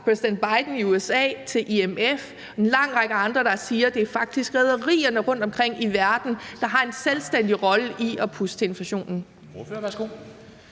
fra præsident Biden i USA til IMF og en lang række andre, der siger, at det faktisk er rederierne rundtomkring i verden, der har en selvstændig rolle i at puste til inflationen.